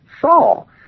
Saul